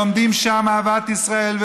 לומדים שם אהבת ישראל,